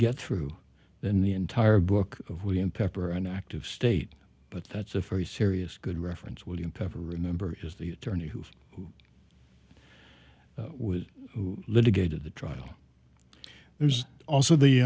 get through than the entire book of william pepper an active state but that's a very serious good reference william pepper remember as the attorney who who was who litigated the trial there's also